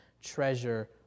treasure